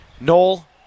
Noel